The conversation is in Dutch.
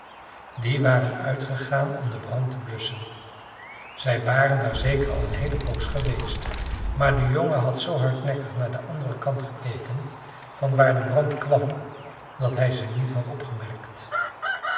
die waren uitgegaan om den brand te blusschen zij waren daar zeker al een heele poos geweest maar de jongen had zoo hardnekkig naar den anderen kant gekeken van waar de brand kwam dat hij ze niet had opgemerkt